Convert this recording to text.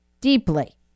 deeply